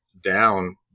down